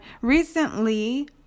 recently